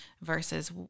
versus